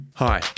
Hi